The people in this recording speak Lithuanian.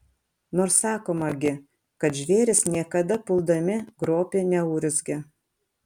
nors sakoma gi kad žvėrys niekada puldami grobį neurzgia